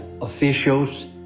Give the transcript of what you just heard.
officials